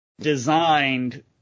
designed